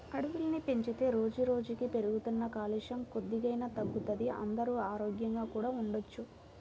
అడవుల్ని పెంచితే రోజుకి రోజుకీ పెరుగుతున్న కాలుష్యం కొద్దిగైనా తగ్గుతది, అందరూ ఆరోగ్యంగా కూడా ఉండొచ్చు